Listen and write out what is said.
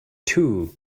too